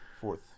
fourth